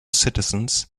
citizens